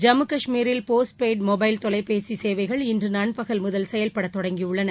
ஜம்மு காஷ்மீரில் post paid mobile தொலைபேசிகள் இன்று நண்பகல் முதல் செயல்படத் தொடங்கியுள்ளன